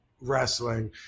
wrestling